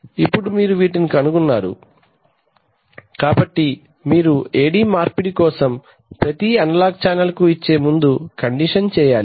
ఇప్పుడు మీరు వీటిని కలిగి ఉన్నారు కాబట్టి మీరు AD మార్పిడి కోసం ప్రతి అనలాగ్ ఛానెల్కు ఇచ్చే ముందు కండిషన్ చేయాలి